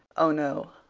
oh, no,